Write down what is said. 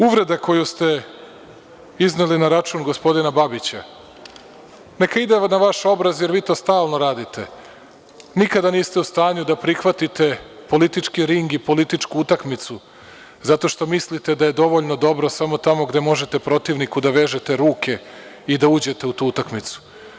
Uvreda koju ste izneli na račun gospodina Babića, neka ide na vaš obraz, jer vi to stalno radite, nikada niste u stanju da prihvatite politički ring i političku utakmicu, zato što mislite da je dovoljno dobro samo tamo gde možete protivniku da vežete ruke i da uđete u tu utakmicu.